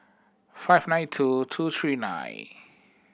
five nine two two three nine